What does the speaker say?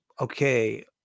okay